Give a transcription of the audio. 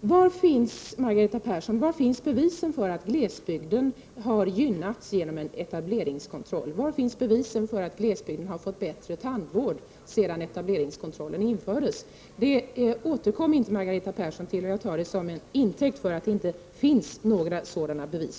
Var finns, Margareta Persson, bevisen för att glesbygden har gynnats genom en etableringskontroll? Var finns bevisen för att glesbygden har fått bättre tandvård sedan etableringskontrollen infördes? Detta återkom inte Margareta Persson till, och det tar jag som intäkt för att det inte finns några sådana bevis.